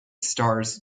stars